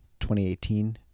2018